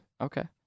okay